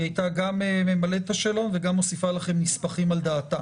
היא הייתה גם ממלאת את השאלון וגם מוסיפה לכם נספחים על דעתה.